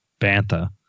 bantha